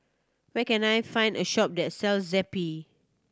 where can I find a shop that sells Zappy